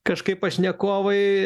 kažkaip pašnekovai